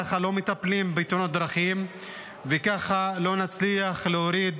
ככה לא מטפלים בתאונות הדרכים וככה לא נצליח להוריד